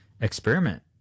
experiment